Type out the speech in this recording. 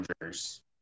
Rangers